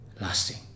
lasting